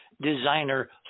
designer